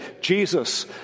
Jesus